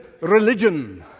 religion